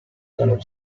dallo